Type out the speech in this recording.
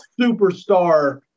superstar